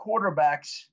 quarterbacks